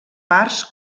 parts